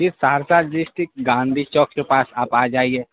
جی Saharsa district Gandhi Chowk کے پاس آپ آ جائیے